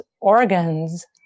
organs